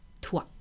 toi